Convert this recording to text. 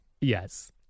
yes